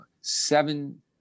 seven